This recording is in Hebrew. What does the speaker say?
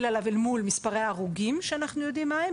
עליו אל מול מספרי ההרוגים שאנחנו יודעים מה הם,